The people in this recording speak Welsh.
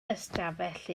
ystafell